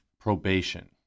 probation